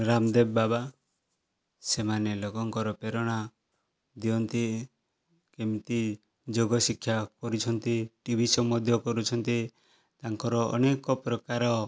ରାମଦେବ ବାବା ସେମାନେ ଲୋକଙ୍କର ପ୍ରେରଣା ଦିଅନ୍ତି କେମିତି ଯୋଗ ଶିକ୍ଷା କରିଛନ୍ତି ଟି ଭି ଶୋ ମଧ୍ୟ କରୁଛନ୍ତି ତାଙ୍କର ଅନେକ ପ୍ରକାର